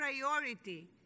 priority